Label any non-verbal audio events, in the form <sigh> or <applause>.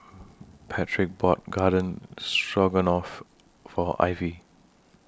<noise> Patrick bought Garden Stroganoff For Ivie